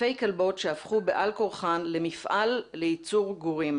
אלפי כלבות שהפכו בעל כורחן למפעל לייצור גורים,